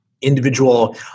individual